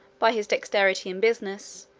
by his dexterity in business,